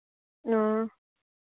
हां